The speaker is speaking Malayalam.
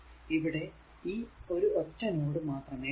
ഇവിടെ ഈ ഒരു ഒറ്റ നോഡ് മാത്രമേ കാണൂ